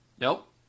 Nope